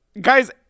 guys